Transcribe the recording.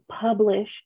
publish